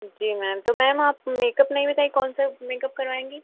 जी ma'am तो ma'am आप makeup नहीं बताई कौन सा मेकअप करवाएँगी